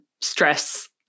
stress